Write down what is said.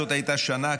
זאת הייתה שנה,